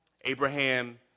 Abraham